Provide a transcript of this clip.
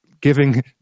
giving